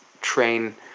train